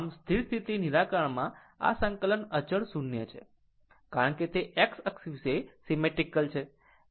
આમ સ્થિર સ્થિતિ નિરાકરણમાં આ સંકલન આ અચળ 0 છે કારણ કે તે X અક્ષ વિશે સીમેટ્રીક છે